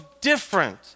different